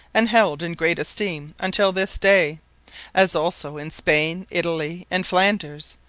and held in great esteeme, untill this day as also in spaine, italy, and flanders,